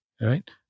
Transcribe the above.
Right